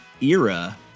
era